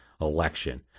election